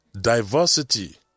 diversity